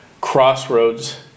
crossroads